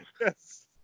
Yes